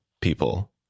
people